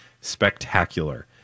spectacular